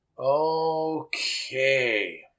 Okay